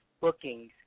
Bookings